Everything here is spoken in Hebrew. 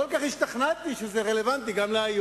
כל כך השתכנעתי, שזה נראה לי רלוונטי גם היום.